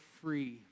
free